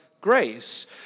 grace